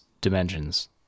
dimensions